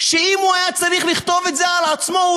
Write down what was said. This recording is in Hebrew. שאם הוא היה צריך לכתוב את זה על עצמו הוא